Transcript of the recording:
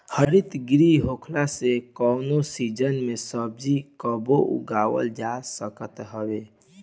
हरितगृह होखला से कवनो सीजन के सब्जी कबो उगावल जा सकत हवे